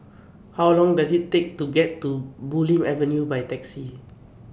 How Long Does IT Take to get to Bulim Avenue By Taxi